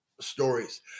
stories